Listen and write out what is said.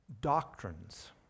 doctrines